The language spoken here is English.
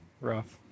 Rough